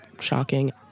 shocking